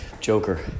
Joker